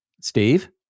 Steve